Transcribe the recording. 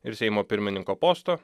ir seimo pirmininko posto